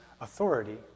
authority